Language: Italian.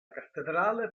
cattedrale